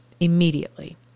immediately